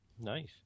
Nice